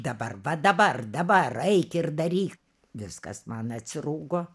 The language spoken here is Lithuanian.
dabar va dabar dabar eik ir daryk viskas man atsirūgo